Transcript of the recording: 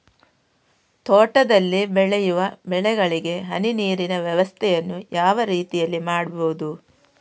ತೋಟದಲ್ಲಿ ಬೆಳೆಯುವ ಬೆಳೆಗಳಿಗೆ ಹನಿ ನೀರಿನ ವ್ಯವಸ್ಥೆಯನ್ನು ಯಾವ ರೀತಿಯಲ್ಲಿ ಮಾಡ್ಬಹುದು?